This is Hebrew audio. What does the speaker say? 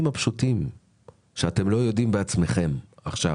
הפשוטים שאתם לא יודעים בעצמכם עכשיו